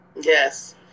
Yes